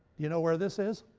you know where this is?